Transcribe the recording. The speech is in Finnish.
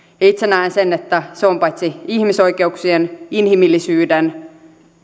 itse näen että se on paitsi ihmisoikeuksien inhimillisyyden